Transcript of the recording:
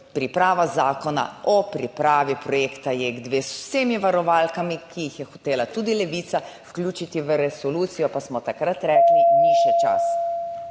priprava zakona o pripravi projekta JEK2 z vsemi varovalkami, ki jih je hotela tudi Levica vključiti v resolucijo, pa smo takrat rekli, ni še čas.